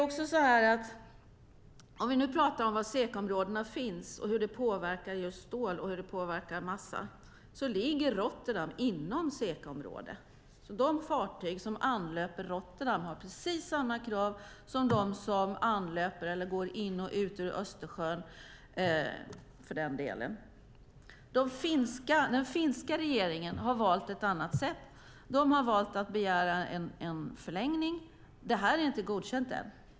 Om vi nu talar om var SECA-områdena finns och hur det påverkar just stål och massa ligger Rotterdam inom SECA-området. De fartyg som anlöper Rotterdam har alltså precis samma krav på sig som de som anlöper eller för den delen går in i och ut ur Östersjön. Den finska regeringen har valt ett annat sätt. De har valt att begära en förlängning. Detta är inte godkänt än.